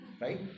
right